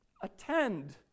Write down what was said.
attend